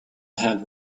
had